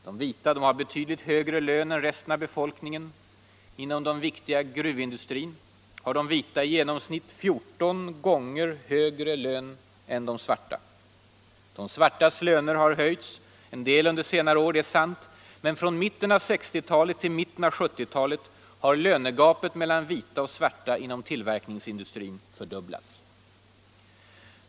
De vita har betydligt högre lön än resten av befolkningen. Inom den viktiga gruvindustrin har de vita i genomsnitt 14 gånger högre lön än de svarta. De svartas löner har höjts en del under senare år, det är sant. Men från mitten av 1960-talet till mitten av 1970-talet har lönegapet mellan vita och svarta inom tillverkningsindustrin fördubblats.